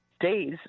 days